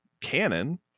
canon